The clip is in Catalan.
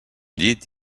llit